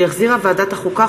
שהחזירה ועדת החוקה,